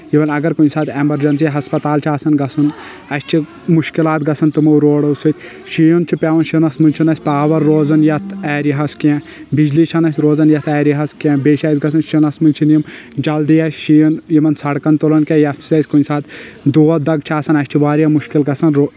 یوان اگر کُنہِ ساتہٕ ایٚمرجنسی ہسپتال چھُ آسان گژھُن اسہِ چھِ مشکِلات گژھان تِمو روڑو سۭتۍ شیٖن چھُ پیٚوان شِنس منٛز چھُنہٕ اسہِ پاور روزان یتھ ایریا ہس کینٛہہ بجلی چھنہٕ اسہِ روزان یتھ ایریا ہس کینٛہہ بییٚہِ چھِ اسہِ گژھان شِنس منٛز چھنہٕ یِم جلدی اسۍ شیٖن یِمن سڑکن تُلان کینٛہہ یٔمۍ سۭتۍ اسۍ کُنہِ ساتہٕ دود دگ چھِ آسان اسہِ چھِ واریاہ مُشکِل گژھان رو